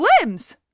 limbs